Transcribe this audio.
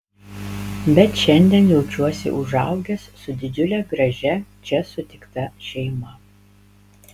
bet šiandien jaučiuosi užaugęs su didžiule gražia čia sutikta šeima